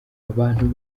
abantu